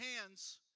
hands